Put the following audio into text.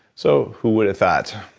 so who would've thought,